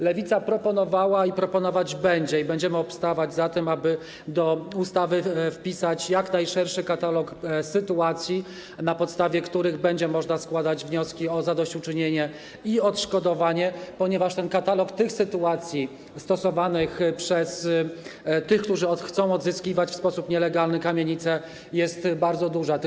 Lewica proponowała i będzie proponować - i będziemy za tym obstawać - aby do ustawy wpisać jak najszerszy katalog sytuacji, na podstawie których będzie można składać wnioski o zadośćuczynienie i odszkodowanie, ponieważ katalog tych sytuacji, stosowany przez tych, którzy chcą odzyskiwać w sposób nielegalny kamienice, jest bardzo duży.